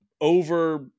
Over